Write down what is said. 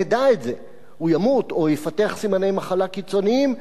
נדע את זה: הוא ימות או יפתח סימני מחלה קיצוניים,